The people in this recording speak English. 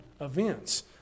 events